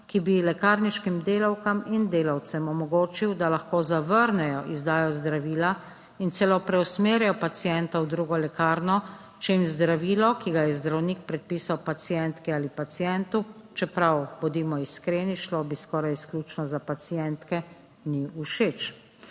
ki bi lekarniškim delavkam in delavcem omogočil, da lahko zavrnejo izdajo zdravila in celo preusmerijo pacienta v drugo lekarno, če jim zdravilo, ki ga je zdravnik predpisal pacientki ali pacientu, čeprav, bodimo iskreni, šlo bi skoraj izključno za pacientke, ni všeč.